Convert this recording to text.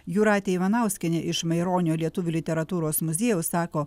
jūratė ivanauskienė iš maironio lietuvių literatūros muziejaus sako